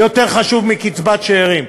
יותר חשוב מקצבת שאירים.